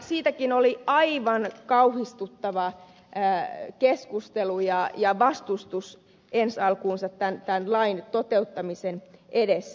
siinäkin oli aivan kauhistuttava keskustelu ja vastustus ensi alkuunsa tämän lain toteuttamisen edessä